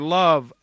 love